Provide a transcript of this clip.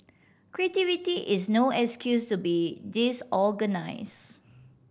creativity is no excuse to be disorganise